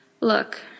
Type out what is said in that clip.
Look